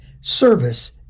service